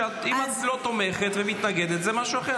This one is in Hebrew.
אם את לא תומכת ומתנגדת, זה משהו אחר.